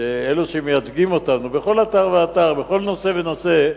שאלו שמייצגים אותנו בכל אתר ואתר ובכל נושא ונושא,